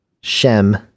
Shem